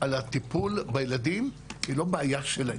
על הטיפול בילדים היא לא בעיה של האימא.